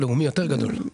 לאומי יותר גדול.